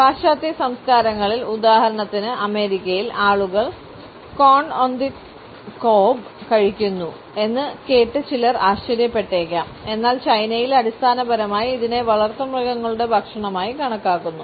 പാശ്ചാത്യ സംസ്കാരങ്ങളിൽ ഉദാഹരണത്തിന് അമേരിക്കയിൽ ആളുകൾ കോൺ ഓൺ ദി കോബ് കഴിക്കുന്നു എന്ന് കേട്ട് ചിലർ ആശ്ചര്യപ്പെട്ടേക്കാം എന്നാൽ ചൈനയിൽ അടിസ്ഥാനപരമായി ഇതിനെ വളർത്തുമൃഗങ്ങളുടെ ഭക്ഷണമായി കണക്കാക്കുന്നു